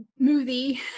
smoothie